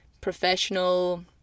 professional